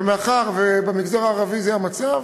אבל מאחר שבמגזר הערבי זה המצב,